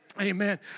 Amen